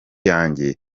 yanjye